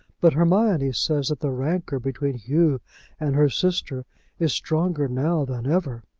but hermione says that the rancour between hugh and her sister is stronger now than ever.